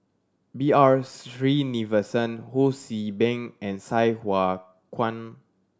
B R Sreenivasan Ho See Beng and Sai Hua Kuan